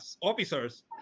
officers